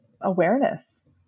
awareness